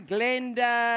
Glenda